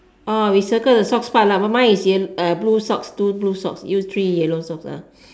orh we circle the socks part lah mine mine is blue socks two blue socks you three yellow socks ah